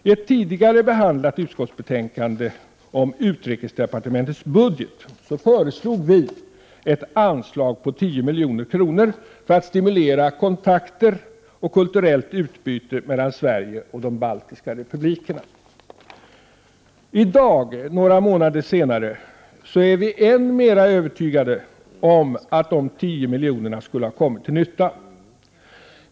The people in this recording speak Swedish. I ett tidigare behandlat utskottsbetänkande om utrikesdepartementets budget föreslog vi ett anslag på 10 milj.kr. för att stimulera kontakter och kulturellt utbyte mellan Sverige och de baltiska republikerna. I dag, några månader senare, är vi än mer övertygade om att de 10 miljonerna skulle ha kommit till nytta.